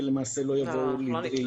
ולמעשה לא יבואו לידי מימוש.